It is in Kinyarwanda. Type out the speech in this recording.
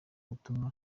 butumwa